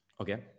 Okay